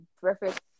perfect